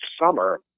summer